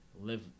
live